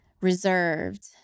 reserved